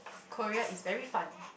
Korea is very fun